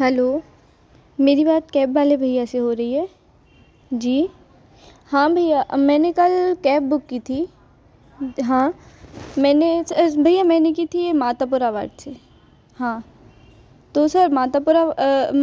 hello मेरी बात cab वाले भैया से हो रही है जी हाँ भैया मैंने कल कैब बुक की थी हाँ मैंने भैया मैंने की थी ये मातापुरावाट से हाँ तो सर मातापुरा